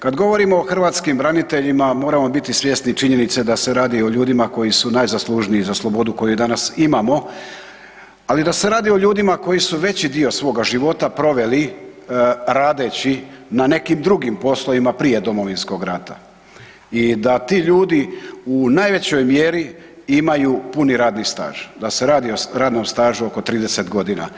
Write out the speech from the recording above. Kada govorimo o hrvatskim braniteljima moramo biti svjesni činjenice da se radi o ljudima koji su najzaslužniji za slobodu koju danas imamo, ali da se radi o ljudima koji su veći dio svoga života proveli radeći na nekim drugim poslovima prije Domovinskog rata i da ti ljudi u najvećoj mjeri imaju puni radni staž, da se radi o radnom stažu oko 30 godina.